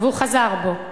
והוא חזר בו.